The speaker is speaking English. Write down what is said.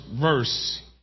verse